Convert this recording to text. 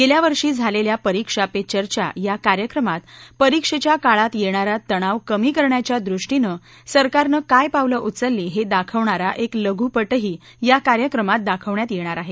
गेल्या वर्षी झालेल्या परीक्षा पे चर्चा या कार्यक्रमातन परीक्षेच्या काळात येणार तणाव कमी करण्याच्या दृष्टीनं सरकारनं काय पावलं उचलली हे दाखवणारा एक लघपटही या कार्यक्रमात दाखवण्यात येणार आहे